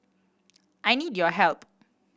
I need your help